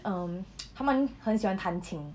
um 他们很喜欢弹琴